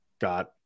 got